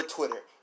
Twitter